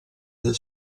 del